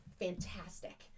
fantastic